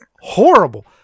horrible